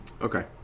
Okay